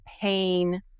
pain